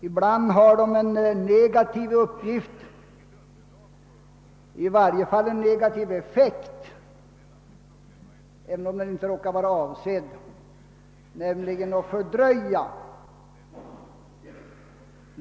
Ibland har de en negativ uppgift, i varje fall en negativ effekt, även om den inte råkar vara avsedd, nämligen att fördröja.